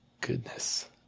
Goodness